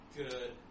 good